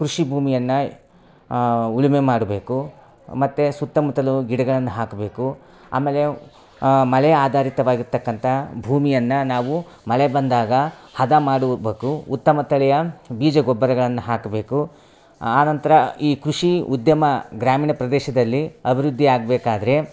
ಕೃಷಿ ಭೂಮಿಯನ್ನ ಉಳುಮೆ ಮಾಡಬೇಕು ಮತ್ತು ಸುತ್ತ ಮುತ್ತಲು ಗಿಡಗಳನ್ನು ಹಾಕಬೇಕು ಆಮೇಲೆ ಮಳೆ ಆಧಾರಿತವಾಗಿರ್ತಕ್ಕಂಥ ಭೂಮಿಯನ್ನು ನಾವು ಮಳೆ ಬಂದಾಗ ಹದ ಮಾಡವು ಬೇಕು ಉತ್ತಮ ತಳಿಯಾ ಬೀಜ ಗೊಬ್ಬರಗಳನ್ನು ಹಾಕಬೇಕು ಆ ನಂತರ ಈ ಕೃಷಿ ಉದ್ಯಮ ಗ್ರಾಮೀಣ ಪ್ರದೇಶದಲ್ಲಿ ಅಭಿವೃದ್ದಿಆಗಬೇಕಾದ್ರೆ